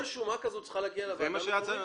כל שומה כזאת צריכה להגיע לוועדה המקומית?